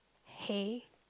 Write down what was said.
hay